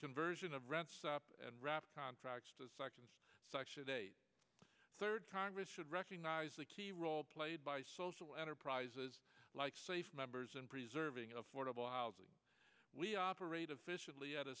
conversion of rents up and wrap contracts to sections section a third congress should recognize the key role played by social enterprises like safe members and preserving affordable housing we operate efficiently at a